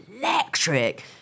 electric